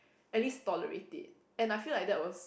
at least tolerate it and I feel like that was